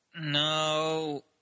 no